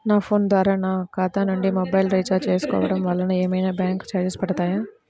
నా ఫోన్ ద్వారా నా ఖాతా నుండి మొబైల్ రీఛార్జ్ చేసుకోవటం వలన ఏమైనా బ్యాంకు చార్జెస్ పడతాయా?